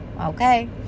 okay